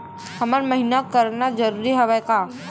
हर महीना करना जरूरी हवय का?